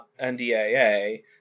NDAA